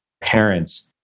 parents